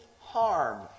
harm